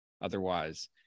otherwise